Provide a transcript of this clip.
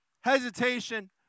hesitation